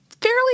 fairly